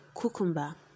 cucumber